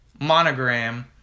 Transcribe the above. monogram